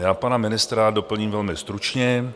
Já pana ministra doplním velmi stručně.